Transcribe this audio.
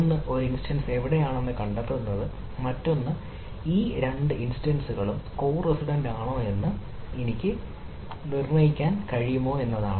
ഒന്ന് ഒരു ഇൻസ്റ്റൻസ് എവിടെയാണെന്ന് കണ്ടെത്തുന്നത് മറ്റൊന്ന് ഈ രണ്ട് ഇൻസ്റ്റൻസ്ളും കോ റസിഡന്റ്യാണോ എന്ന് എനിക്ക് നിർണ്ണയിക്കാൻ കഴിയുമോ എന്നതാണ്